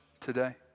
today